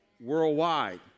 worldwide